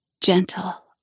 Gentle